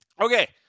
okay